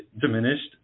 diminished